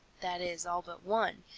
that is, all but one,